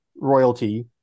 royalty